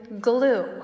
glue